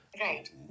Right